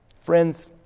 Friends